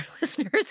listeners